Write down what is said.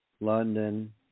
london